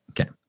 Okay